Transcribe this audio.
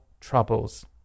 troubles